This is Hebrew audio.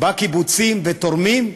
בקיבוצים, ותורמים?